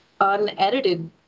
unedited